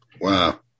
Wow